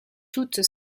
toute